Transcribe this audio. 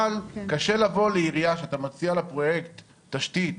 אבל קשה לבוא לעירייה שאתה מציע לה פרויקט תשתית